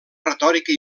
retòrica